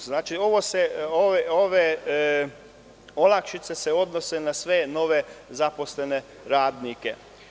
Znači, ove olakšice se odnose na sve nove zaposlene radnike.